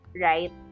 right